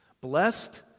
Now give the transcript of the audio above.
Blessed